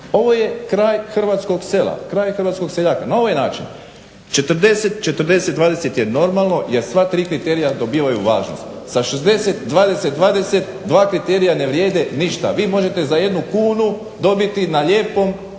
Ovo je kraj hrvatskog sela, kraj hrvatskog seljaka. Na ovaj način 40:40:20 je normalno jer sva tri kriterija dobivaju važnost. Sa 60:20:20 dva kriterija ne vrijede ništa. Vi možete za jednu kunu dobiti na lijepom